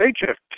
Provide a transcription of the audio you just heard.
paycheck